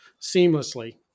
seamlessly